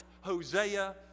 Hosea